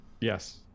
Yes